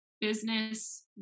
business